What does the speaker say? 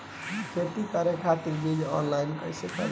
खेती करे खातिर बीज ऑनलाइन कइसे खरीदी?